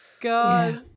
god